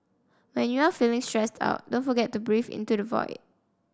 when you are feeling stressed out don't forget to breathe into the void